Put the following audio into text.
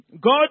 God